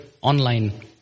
online